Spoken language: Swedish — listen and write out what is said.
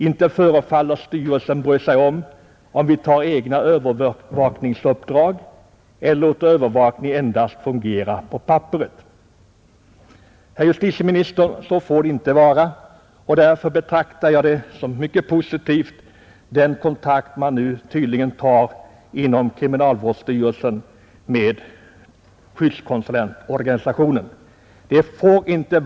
Inte heller förefaller Styrelsen bry sig om, om vi tar egna övervakningsuppdrag eller låter övervakningen endast fungera på papperet.” Herr justitieminister! Så får det inte vara. Därför betraktar jag den kontakt kriminalvårdsstyrelsen nu tydligen tagit med skyddskonsulentorganisationen som mycket positiv.